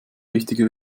richtige